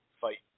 fight